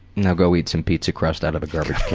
now go eat some pizza crust out of the garbage can.